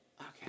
Okay